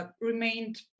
remained